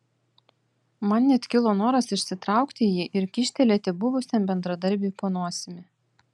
man net kilo noras išsitraukti jį ir kyštelėti buvusiam bendradarbiui po nosimi